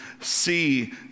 see